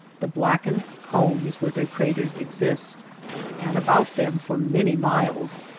the blackened cones with their craters exist and about them, for many miles,